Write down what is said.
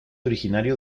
originario